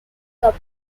cup